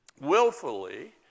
willfully